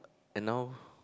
and now